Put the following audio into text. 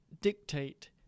dictate